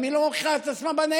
היא גם לא מוכיחה את עצמה בנגב.